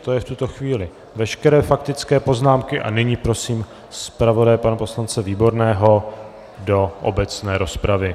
To jsou v tuto chvíli veškeré faktické poznámky a nyní prosím zpravodaje pana poslance Výborného do obecné rozpravy.